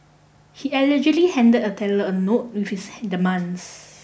he allegedly handed the teller a note with his demands